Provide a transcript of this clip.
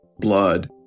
blood